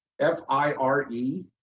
F-I-R-E